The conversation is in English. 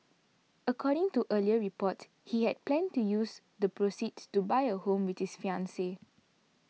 according to earlier reports he had planned to use the proceeds to buy a home with his fiancee